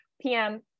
PM